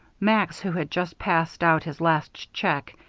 max, who had just passed out his last check,